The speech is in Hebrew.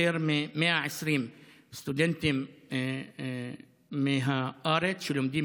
יותר מ-120 סטודנטים מהארץ שלומדים